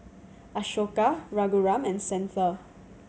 Ashoka Raghuram and Santha